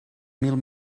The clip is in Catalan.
mil